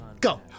go